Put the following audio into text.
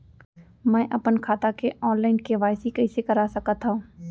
मैं अपन खाता के ऑनलाइन के.वाई.सी कइसे करा सकत हव?